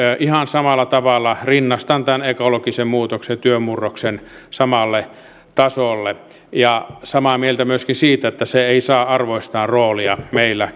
ihan samalla tavalla rinnastan tämän ekologisen muutoksen ja työn murroksen samalle tasolle ja samaa mieltä olen myöskin siitä että se ei saa arvoistaan roolia meillä